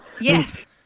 Yes